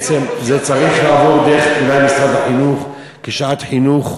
בעצם, זה צריך לעבור דרך משרד החינוך כשעת חינוך,